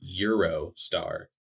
Eurostar